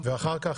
ואחר כך,